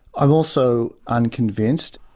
i'm also unconvinced.